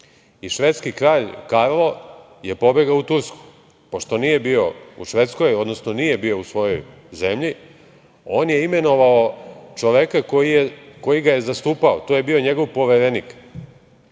i švedski kralj Karlo je pobegao u Tursku. Pošto nije bio u Švedskoj, odnosno nije bio u svojoj zemlji, on je imenovao čoveka koji ga je zastupao, to je bio njegov poverenik